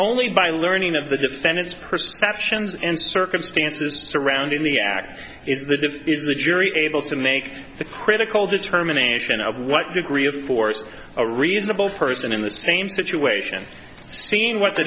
only by learning of the defendant's perceptions and circumstances surrounding the act is the diff is the jury able to make the critical determination of what degree of force a reasonable person in the same situation seen what the